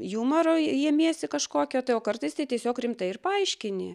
jumoro jiemiesi kažkokio tai o kartais tai tiesiog rimtai ir paaiškini